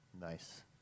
Nice